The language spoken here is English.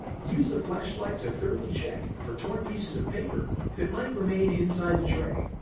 use a flashlight to thoroughly check for torn pieces of paper that might remain inside the tray.